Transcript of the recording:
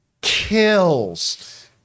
kills